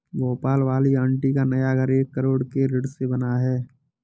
भोपाल वाली आंटी का नया घर एक करोड़ के ऋण से बना है